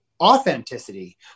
authenticity